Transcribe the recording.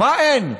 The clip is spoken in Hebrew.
מה אין?